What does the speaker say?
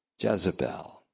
Jezebel